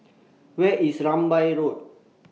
Where IS Rambai Road